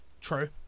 true